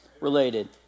related